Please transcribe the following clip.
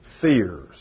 fears